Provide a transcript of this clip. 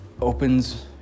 opens